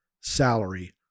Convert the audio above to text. salary